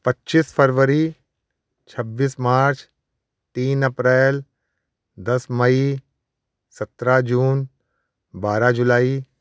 पच्चीस फरवरी छब्बीस मार्च तीन अप्रैल दस मई सत्रह जून बारह जुलाई